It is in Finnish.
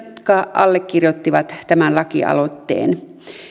allekirjoittivat tämän lakialoitteen